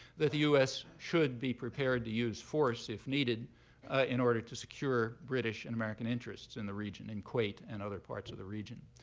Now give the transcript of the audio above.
that the us should be prepared to use force if needed in order to secure british and american interests in the region, in kuwait and other parts of the region.